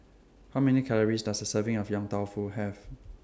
How Many Calories Does A Serving of Yong Tau Foo Have